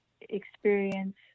experience